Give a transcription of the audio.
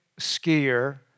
skier